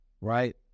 right